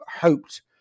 hoped